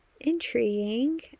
intriguing